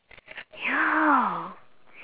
ya